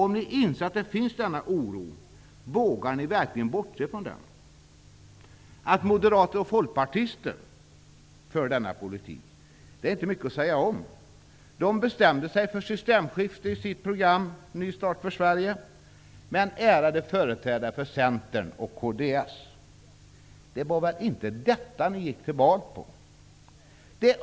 Om ni inser att denna oro finns, vågar ni verkligen bortse från den? Att moderater och folkpartister för denna politik är inte mycket att säga om. De bestämde sig ju för systemskifte i sitt program Ny start för Sverige. Men ärade företrädare för Centern och kds, det var väl inte detta ni gick till val på?